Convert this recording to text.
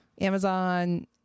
Amazon